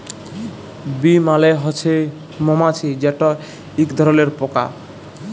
bee মালে হছে মমাছি যেট ইক ধরলের পকা